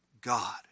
God